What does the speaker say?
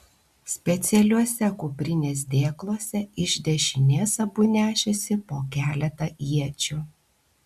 specialiuose kuprinės dėkluose iš dešinės abu nešėsi po keletą iečių